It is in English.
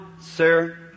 sir